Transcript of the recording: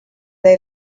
they